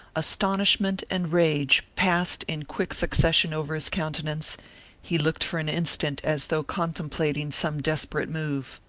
astonishment and rage passed in quick succession over his countenance he looked for an instant as though contemplating some desperate move.